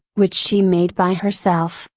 which she made by herself,